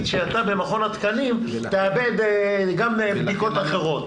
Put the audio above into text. שאתה במכון התקנים תאבד גם בדיקות אחרות.